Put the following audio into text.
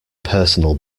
personal